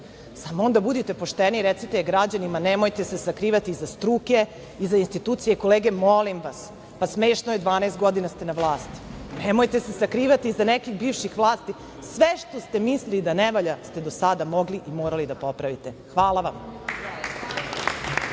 samo onda budite pošteni i recite je građanima, nemojte se sakrivati iza struke, iza institucija. Kolege, molim vas, pa smešno je, 12 godina ste na vlasti, nemojte se sakrivati iza nekih bivših vlasti. Sve što ste mislili da ne valja ste do sada mogli i morali da popravite. Hvala vam.